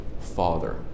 father